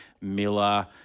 Miller